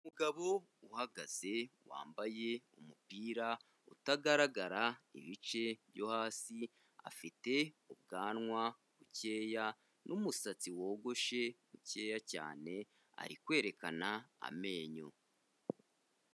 Umugabo uhagaze wambaye umupira utagaragara ibice byo hasi, afite ubwanwa bukeya n'umusatsi wogoshe mukeya cyane, ari kwerekana amenyo.